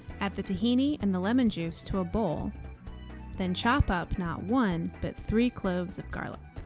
add the tahini and the lemon juice to a bowl then chop up not one, but three cloves of garlic.